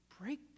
break